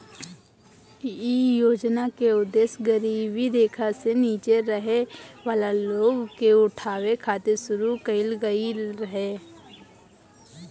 इ योजना के उद्देश गरीबी रेखा से नीचे रहे वाला लोग के उठावे खातिर शुरू कईल गईल रहे